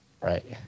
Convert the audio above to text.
Right